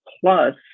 plus